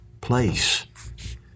place